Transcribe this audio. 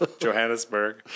Johannesburg